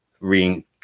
re